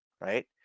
right